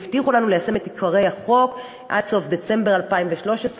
והבטיחו לנו ליישם את עיקרי החוק עד סוף דצמבר 2013,